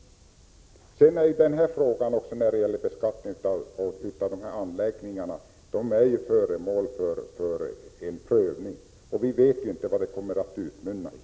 Frågan om beskattningen av dessa anläggningar är dessutom föremål för en prövning. Vi vet inte vad den kommer att utmynna i.